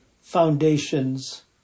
foundations